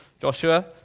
Joshua